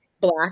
Black